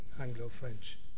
Anglo-French